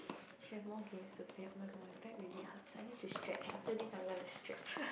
should have more games to play oh-my-god my back really hurts I need to stretch after this I'm gonna stretch